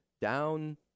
down